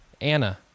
Anna